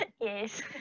Yes